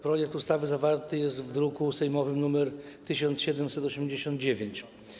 Projekt ustawy zawarty jest w druku sejmowym nr 1789.